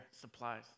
supplies